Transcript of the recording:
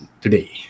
today